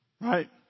Right